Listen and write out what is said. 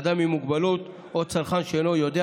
אדם עם מוגבלות או צרכן שאינו יודע